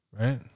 right